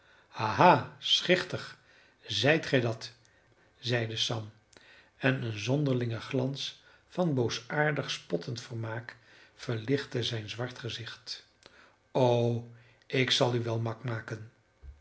ha schichtig zijt gij dat zeide sam en een zonderlinge glans van boosaardig spottend vermaak verlichtte zijn zwart gezicht o ik zal u wel mak maken